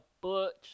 butch